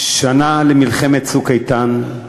שנה למלחמת "צוק איתן".